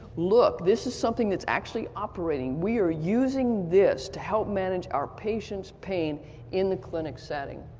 look, this is something that's actually operating, we are using this to help manage our patients' pain in the clinic setting.